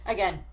Again